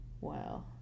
Wow